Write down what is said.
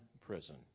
prison